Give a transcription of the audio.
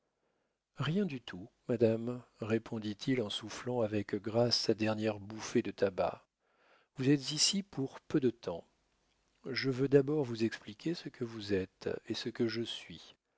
rien du tout madame répondit-il en soufflant avec grâce sa dernière bouffée de tabac vous êtes ici pour peu de temps je veux d'abord vous expliquer ce que vous êtes et ce que je suis